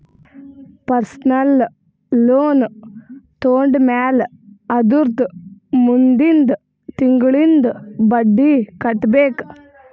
personal loan ತೊಂಡಮ್ಯಾಲ್ ಅದುರ್ದ ಮುಂದಿಂದ್ ತಿಂಗುಳ್ಲಿಂದ್ ಬಡ್ಡಿ ಕಟ್ಬೇಕ್